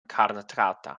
karnataka